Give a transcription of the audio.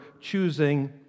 choosing